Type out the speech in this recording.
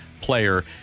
player